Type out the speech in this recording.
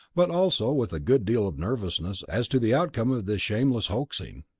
but also with a good deal of nervousness as to the outcome of this shameless hoaxing.